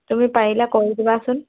তুমি পাৰিলা কৰি দিবাচোন